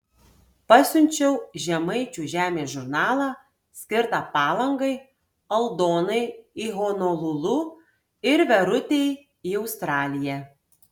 pasiunčiau žemaičių žemės žurnalą skirtą palangai aldonai į honolulu ir verutei į australiją